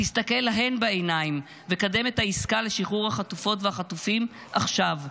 תסתכל להן בעיניים וקדם את העסקה לשחרור החטופות והחטופים עכשיו,